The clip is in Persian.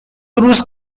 روز